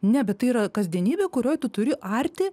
ne bet tai yra kasdienybė kurioj tu turi arti